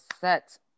set